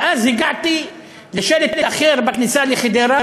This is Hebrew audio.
ואז הגעתי לשלט אחר בכניסה לחדרה.